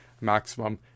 maximum